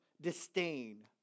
disdain